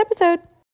episode